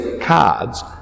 cards